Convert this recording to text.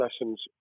lessons